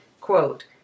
quote